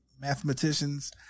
mathematicians